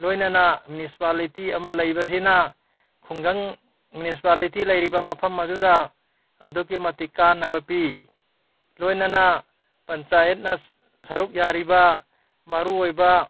ꯂꯣꯏꯅꯅ ꯃ꯭ꯌꯨꯅꯤꯁꯤꯄꯥꯂꯤꯇꯤ ꯑꯃ ꯂꯩꯕꯁꯤꯅ ꯈꯨꯡꯒꯪ ꯃ꯭ꯌꯨꯅꯤꯁꯤꯄꯥꯂꯤꯇꯤ ꯂꯩꯔꯤꯕ ꯃꯐꯝ ꯑꯗꯨꯗ ꯑꯗꯨꯛꯀꯤ ꯃꯇꯤꯛ ꯀꯥꯟꯅꯕ ꯄꯤ ꯂꯣꯏꯅꯅ ꯄꯟꯆꯥꯌꯠꯅ ꯁꯔꯨꯛ ꯌꯥꯔꯤꯕ ꯃꯔꯨ ꯑꯣꯏꯕ